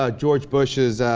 ah george bush is ah.